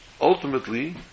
ultimately